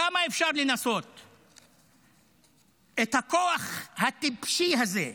כמה אפשר לנסות את הכוח הטיפשי הזה?